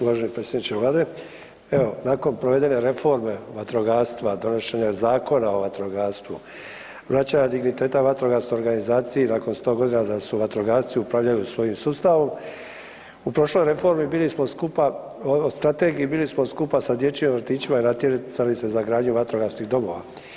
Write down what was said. Uvaženi predsjedniče Vlade, evo nakon provedene reforme vatrogastva, donošenja Zakona o vatrogastvu, vraćanja digniteta vatrogasnoj organizaciji nakon 100 godina da su vatrogasci upravljaju svojim sustavom u prošloj reformi bili smo skupa, strategiji bili smo skupa sa dječjim vrtićima i natjecali se za gradnju vatrogasnih domova.